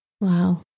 Wow